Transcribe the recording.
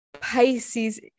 Pisces